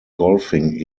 golfing